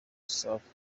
safi